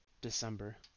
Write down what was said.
december